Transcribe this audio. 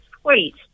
sweet